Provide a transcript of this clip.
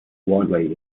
widely